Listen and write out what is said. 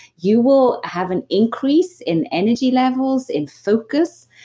you will have an increase in energy levels, in focus,